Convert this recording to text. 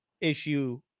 issue